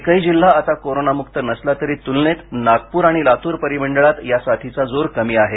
एकही जिल्हा आता कोरोनामुक्त नसला तरी तुलनेत नागपूर आणि लातूर परिमंडळात या साथीचा जोर कमी आहे